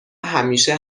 همیشه